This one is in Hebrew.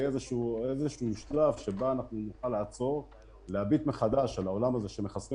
קרן, היושב-ראש יכול להוציא אותך על פי